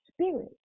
spirit